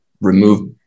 remove